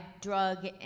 drug